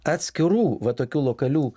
atskirų va tokių lokalių